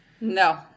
No